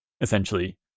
essentially